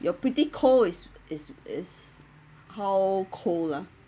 your pretty cold is is is how cold ah